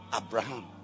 Abraham